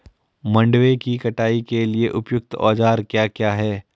मंडवे की कटाई के लिए उपयुक्त औज़ार क्या क्या हैं?